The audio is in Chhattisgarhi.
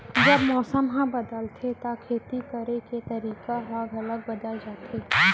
जब मौसम ह बदलथे त खेती करे के तरीका ह घलो बदल जथे?